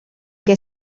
què